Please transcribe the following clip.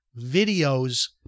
videos